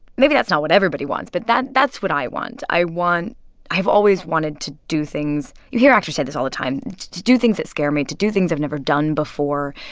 maybe that's not what everybody wants, but that's what i want. i want i've always wanted to do things you hear actors say this all the time to do things that scare me, to do things i've never done before,